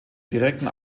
direkten